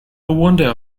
wonder